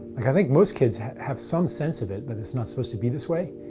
like i think most kids have some sense of it, that it's not supposed to be this way.